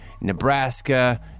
Nebraska